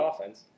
offense